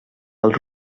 els